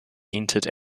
entered